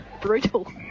brutal